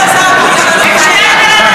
קודם כול, שאלו אותך שאלה, תענה.